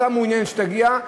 מעוניין שיגיע,